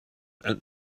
and